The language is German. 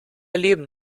leben